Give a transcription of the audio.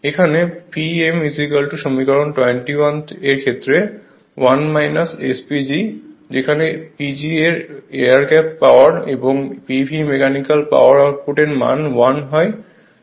এখানে Pm সমীকরণ 21 এর ক্ষেত্রে 1 S PG যেখানে PG এয়ার গ্যাপ পাওয়ার এবং PV মেকানিক্যাল পাওয়ার আউটপুট এর মান 1 হয়